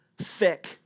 thick